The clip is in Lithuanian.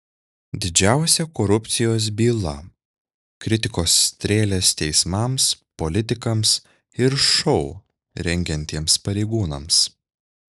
didžiausia korupcijos byla kritikos strėlės teismams politikams ir šou rengiantiems pareigūnams